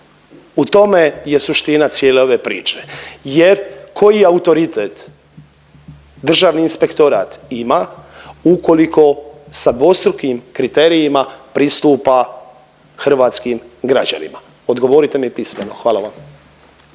U tome je suština cijele ove priče jer koji autoritet Državni inspektorat ima ukoliko sa dvostrukim kriterijima pristupa hrvatskim građanima? Odgovorite mi pismeno. Hvala vam.